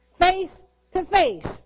face-to-face